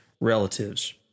relatives